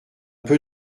peu